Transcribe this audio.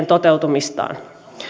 toteutumistaan